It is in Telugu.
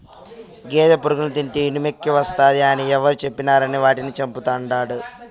గేదె పురుగుల్ని తింటే ఇనుమెక్కువస్తాది అని ఎవరు చెప్పినారని వాటిని చంపతండాడు